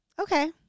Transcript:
Okay